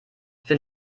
für